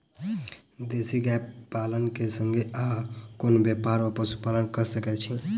देसी गाय पालन केँ संगे आ कोनों व्यापार वा पशुपालन कऽ सकैत छी?